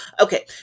Okay